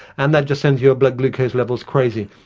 and that just sends your blood glucose levels crazy.